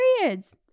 periods